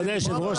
כבוד היושב ראש,